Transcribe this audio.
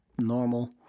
normal